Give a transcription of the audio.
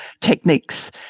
techniques